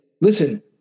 listen